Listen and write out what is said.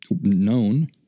known